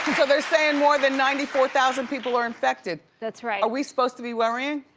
so they're saying more than ninety four thousand people are infected. that's right. are we supposed to be worrying?